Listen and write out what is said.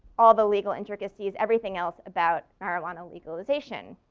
all the legal intricacies, everything else about marijuana legalization.